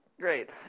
Great